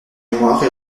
mémoire